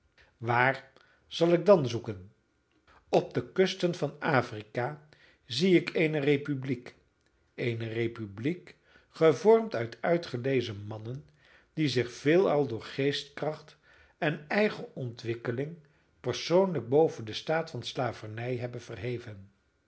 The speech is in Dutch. waar zal ik dan zoeken op de kusten van afrika zie ik eene republiek eene republiek gevormd uit uitgelezen mannen die zich veelal door geestkracht en eigen ontwikkeling persoonlijk boven den staat van slavernij hebben verheven